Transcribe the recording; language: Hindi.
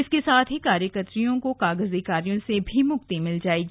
इसके साथ ही कार्यकर्रियों को कागजी कार्यों से भी मुक्ति मिल जायेगी